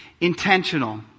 Intentional